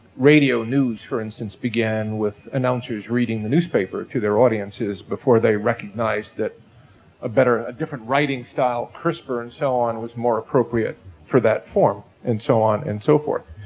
radio news, for instance, began with announcers reading the newspaper to their audiences before they recognized that a better, a different writing style, crisper and so on, was more appropriate for that form and so on and so forth.